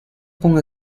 con